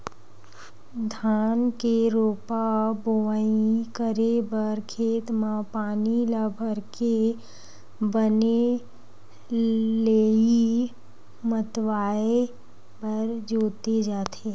धान के रोपा बोवई करे बर खेत म पानी ल भरके बने लेइय मतवाए बर जोते जाथे